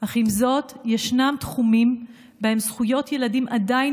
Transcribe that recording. אך ישנם תחומים שבהם זכויות ילדים עדיין